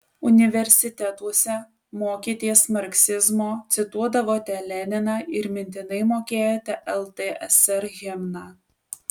universitetuose mokėtės marksizmo cituodavote leniną ir mintinai mokėjote ltsr himną